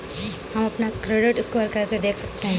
हम अपना credit score कैसे देख सकते हैं?